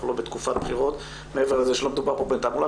אנחנו לא בתקופת בחירות מעבר לזה שלא מדובר כאן בתעמולת